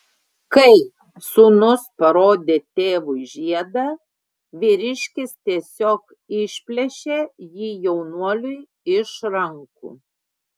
kai sūnus parodė tėvui žiedą vyriškis tiesiog išplėšė jį jaunuoliui iš rankų